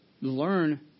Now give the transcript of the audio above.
learn